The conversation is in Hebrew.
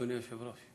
אדוני היושב-ראש.